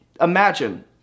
Imagine